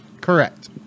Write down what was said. Correct